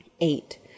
Eight